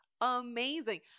amazing